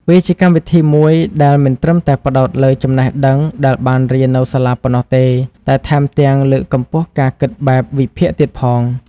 វាជាកម្មវិធីមួយដែលមិនត្រឹមតែផ្ដោតលើចំណេះដឹងដែលបានរៀននៅសាលាប៉ុណ្ណោះទេ តែថែមទាំងលើកកម្ពស់ការគិតបែបវិភាគទៀតផង។